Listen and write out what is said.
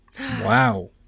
Wow